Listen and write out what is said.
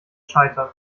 scheitern